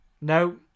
No